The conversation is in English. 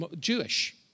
Jewish